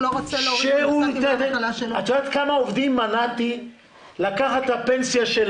יש פה גם את החריג של פסקה 8, שמתייחסת למעסיק של